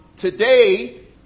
today